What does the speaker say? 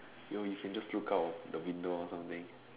yo you can just look out of the window or something